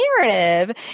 narrative